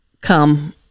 come